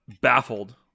baffled